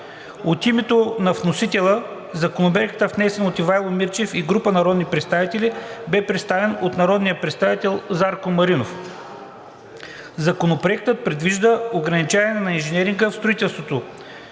От името на вносителя Законопроектът, внесен от Ивайло Мирчев и група народни представители, бе представен от народния представител Зарко Маринов. Законопроектът предвижда ограничаване на инженеринга в строителството,